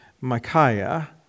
Micaiah